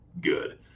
good